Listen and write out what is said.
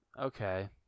Okay